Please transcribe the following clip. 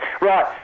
Right